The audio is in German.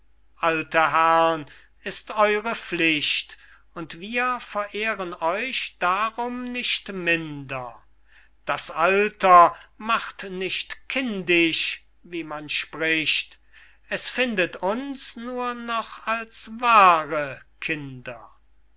alte herrn ist eure pflicht und wir verehren euch darum nicht minder das alter macht nicht kindisch wie man spricht es findet uns nur noch als wahre kinder